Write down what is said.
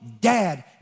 dad